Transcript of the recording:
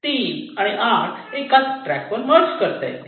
3 आणि 8 एकाच ट्रॅकवर मर्ज करता येतील